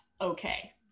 okay